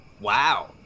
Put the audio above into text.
Wow